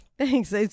Thanks